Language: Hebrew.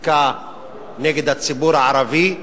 חקיקה נגד הציבור הערבי,